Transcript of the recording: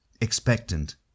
expectant